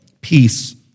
peace